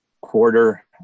quarter